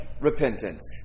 repentance